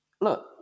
look